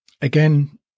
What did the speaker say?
again